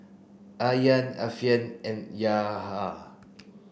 Aryan Alfian and Yahya